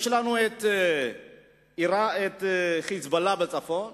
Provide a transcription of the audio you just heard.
יש לנו את "חיזבאללה" בצפון,